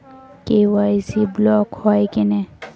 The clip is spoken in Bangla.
কে.ওয়াই.সি ব্লক হয় কেনে?